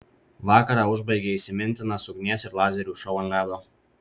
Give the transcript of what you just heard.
vakarą užbaigė įsimintinas ugnies ir lazerių šou ant ledo